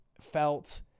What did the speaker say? felt